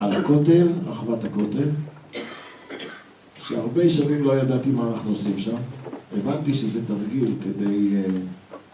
על הכותל, אחוות הכותל, שהרבה שנים לא ידעתי מה אנחנו עושים שם הבנתי שזה תרגיל כדי...